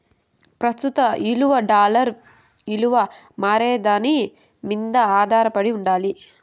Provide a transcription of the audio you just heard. ప్రస్తుత ఇలువ డాలర్ ఇలువ మారేదాని మింద ఆదారపడి ఉండాలి